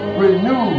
renew